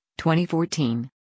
2014